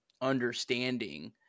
understanding